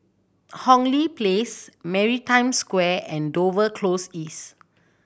Hong Lee Place Maritime Square and Dover Close East